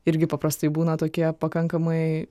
irgi paprastai būna tokie pakankamai